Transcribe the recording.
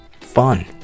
fun